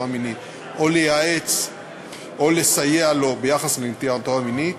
המינית או לייעץ או לסייע לו ביחס לנטייתו המינית,